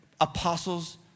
apostles